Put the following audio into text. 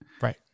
Right